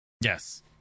Yes